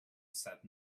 said